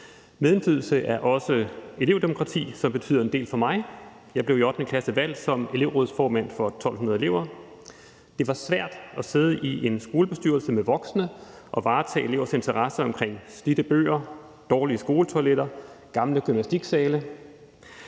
Medindflydelse er også elevdemokrati, som betyder en del for mig. Jeg blev i 8. klasse valgt som elevrådsformand for 1.200 elever. Det var svært at sidde i en skolebestyrelse med voksne og varetage elevers interesser omkring slidte bøger, dårlige skoletoiletter og gamle gymnastiksale.